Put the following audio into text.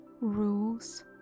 rules